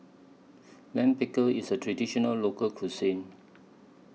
Lime Pickle IS A Traditional Local Cuisine